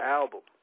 album